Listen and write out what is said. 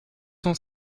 cent